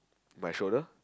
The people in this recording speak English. my shoulder